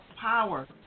power